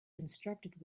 constructed